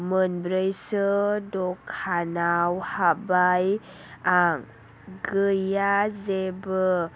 मोनब्रैसो दखानाव हाबबाय आं गैया जेबो